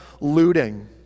looting